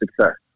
success